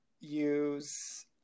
use